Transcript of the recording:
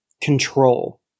control